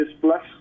plus